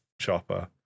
Chopper